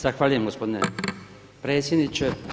Zahvaljujem gospodine predsjedniče.